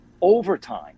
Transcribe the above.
overtime